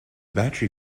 battery